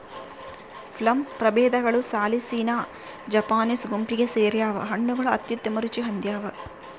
plum ಪ್ರಭೇದಗಳು ಸಾಲಿಸಿನಾ Japanese ಗುಂಪಿಗೆ ಸೇರ್ಯಾವ ಹಣ್ಣುಗಳು ಅತ್ಯುತ್ತಮ ರುಚಿ ಹೊಂದ್ಯಾವ